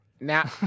Now